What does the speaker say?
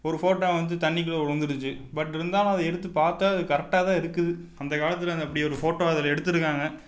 ஒரு ஃபோட்டோ வந்து தண்ணிக்குள்ளே விழுந்துடுச்சி பட் இருந்தாலும் அதை எடுத்து பார்த்தா அது கரெக்டாக தான் இருக்குது அந்த காலத்தில் அந்த அப்படி ஒரு ஃபோட்டோ அதில் எடுத்திருக்காங்க